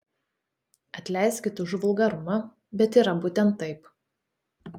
atleiskit už vulgarumą bet yra būtent taip